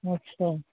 अच्छा